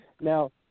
Now